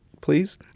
please